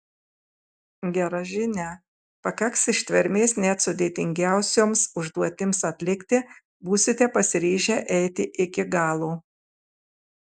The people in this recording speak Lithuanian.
gera žinia pakaks ištvermės net sudėtingiausioms užduotims atlikti būsite pasiryžę eiti iki galo